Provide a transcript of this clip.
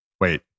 wait